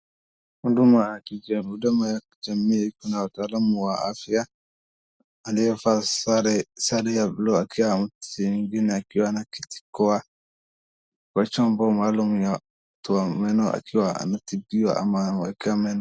Huduma ya kijamii kuna wataalamu wa afya aliyevaa sare ya buluu, akiwa na kitu kwa chombo maalum ya mtu wa meno akiwa anatibiwa ama anamwekea meno.